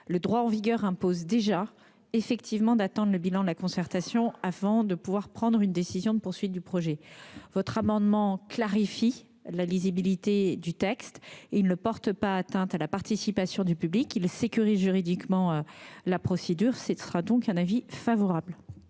Le droit en vigueur impose déjà d'attendre le bilan de la concertation avant de pouvoir prendre une décision de poursuite du projet. Cet amendement tend à clarifier la lisibilité du texte et ne porte pas atteinte à la participation du public. Il vise à sécuriser juridiquement la procédure. Par conséquent, le